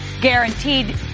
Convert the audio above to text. guaranteed